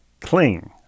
cling